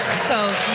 so.